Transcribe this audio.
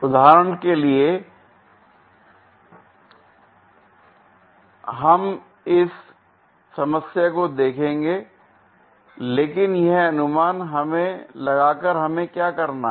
उदाहरण के जरिए हम इस समस्या को देखेंगे लेकिन यह अनुमान लगाकर हमें क्या करना है